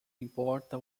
importa